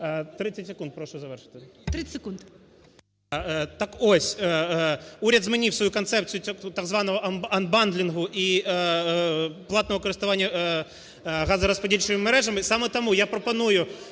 30 секунд. РЯБЧИН О.М. Так ось, уряд змінив свою концепцію, так званого анбандлінгу і платного користування газорозподільчими мережами. Саме тому я пропоную